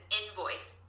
invoice